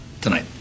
tonight